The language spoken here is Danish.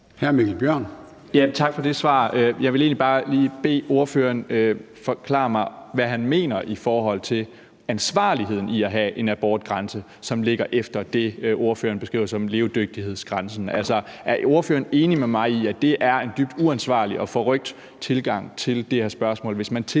Tak for det svar. Jeg vil egentlig bare lige bede ordføreren forklare mig, hvad han mener i forhold til ansvarligheden i at have en abortgrænse, som ligger efter det, som ordføreren beskriver som levedygtighedsgrænsen. Altså, er ordføreren enig med mig i, at det er en dybt uansvarlig og forrykt tilgang til det her spørgsmål, hvis man tillader